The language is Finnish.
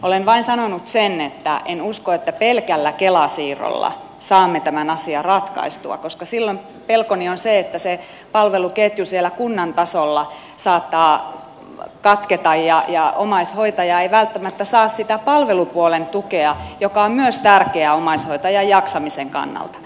olen vain sanonut sen että en usko että pelkällä kela siirrolla saamme tämän asian ratkaistua koska pelkoni on se että silloin se palveluketju siellä kunnan tasolla saattaa katketa ja omaishoitaja ei välttämättä saa sitä palvelupuolen tukea joka on myös tärkeä omaishoitajan jaksamisen kannalta